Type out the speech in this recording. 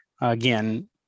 again